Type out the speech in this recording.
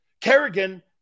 Kerrigan